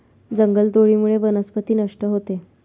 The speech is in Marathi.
जंगलतोडीमुळे वनस्पती नष्ट होते